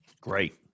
Great